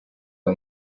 uwo